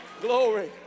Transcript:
Glory